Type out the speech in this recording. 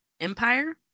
empire